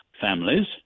families